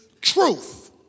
truth